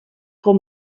com